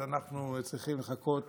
אנחנו צריכים לחכות